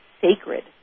sacred